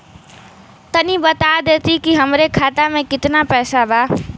तनि बता देती की हमरे खाता में कितना पैसा बा?